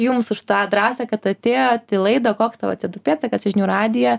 jums už tą drąsą kad atėjot į laidą koks tavo c o du pėdsakas į žinių radiją